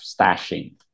stashing